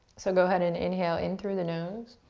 so go ahead and inhale in through the nose.